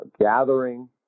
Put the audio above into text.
gathering